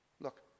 Look